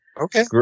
Okay